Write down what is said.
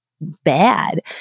bad